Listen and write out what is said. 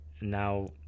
now